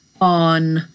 on